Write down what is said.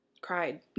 cried